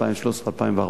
2013 2014,